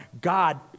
God